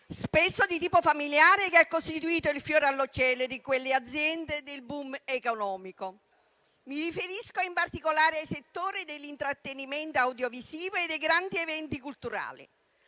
spesso di tipo familiare, che ha costituito il fiore all'occhiello delle aziende del *boom* economico. Mi riferisco in particolare ai settori dell'intrattenimento audiovisivo e dei grandi eventi culturali.